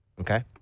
okay